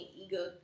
ego